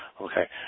Okay